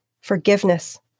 forgiveness